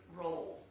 role